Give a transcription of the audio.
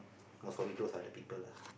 most probably those are the people lah